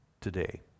today